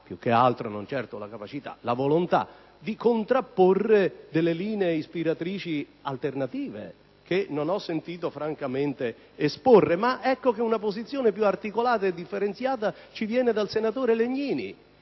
di dire - non certo la capacità, ma la volontà di contrapporre delle linee ispiratrici alternative, che non ho sentito esporre. Una posizione più articolata e differenziata ci viene dal senatore Legnini,